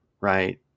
right